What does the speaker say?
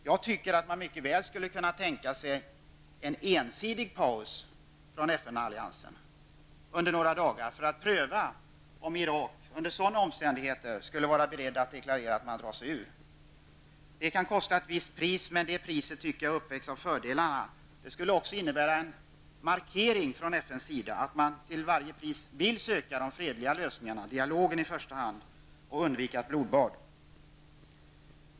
Jag tycker att man mycket väl skulle kunna tänka sig en ensidig paus från alliansens sida under några dagar för att pröva om Irak under sådana omständigheter skulle vara berett att deklarera att Irak drar sig ur Kuwait. Det kan kosta ett visst pris, men det priset tycker jag uppvägs av fördelarna. Det skulle också innebära en markering från FNs sida av att man till varje pris vill söka fredliga lösningar, dialog i första hand, och undvika blodbad.